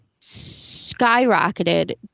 skyrocketed